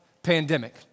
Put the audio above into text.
pandemic